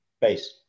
base